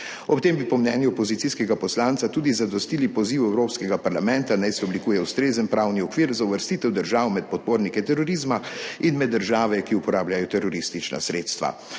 Ob tem bi po mnenju opozicijskega poslanca tudi zadostili pozivu evropskega parlamenta, naj se oblikuje ustrezen pravni okvir za uvrstitev držav med podpornike terorizma in med države, ki uporabljajo teroristična sredstva.